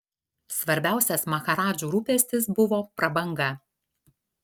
svarbiausias maharadžų rūpestis buvo prabanga